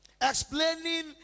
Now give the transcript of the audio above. Explaining